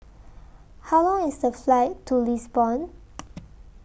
How Long IS The Flight to Lisbon